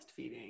breastfeeding